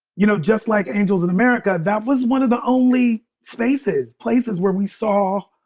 you know, just like angels in america, that was one of the only spaces, places where we saw,